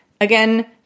again